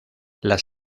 las